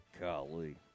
golly